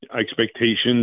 Expectations